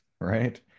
right